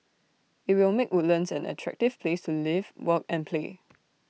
IT will make Woodlands an attractive place to live work and play